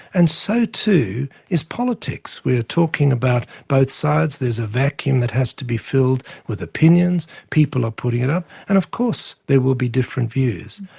and so too is politics. we were talking about both sides, there's a vacuum that has to be filled with opinions, people are putting it up and of course, there will be different views.